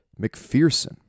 McPherson